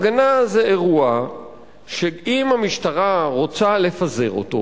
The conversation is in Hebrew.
הפגנה זה אירוע שאם המשטרה רוצה לפזר אותו,